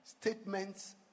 statements